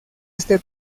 este